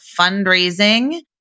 fundraising